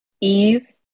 ease